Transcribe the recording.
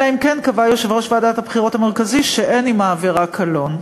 אלא אם כן קבע יושב-ראש ועדת הבחירות המרכזית שאין עם העבירה קלון.